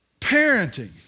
Parenting